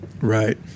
Right